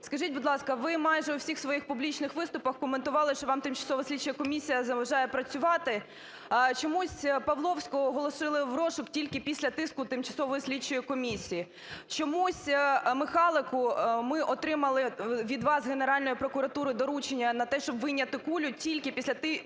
Скажіть, будь ласка, ви майже у всіх своїх публічних виступах коментували, що вам Тимчасова слідча комісія заважає працювати. Чомусь Павловського оголосили в розшук тільки після тиску тимчасової слідчої комісії. Чомусь Михайлику, ми отримали від вас, Генеральної прокуратури доручення на те, щоб вийняти кулю тільки після тиску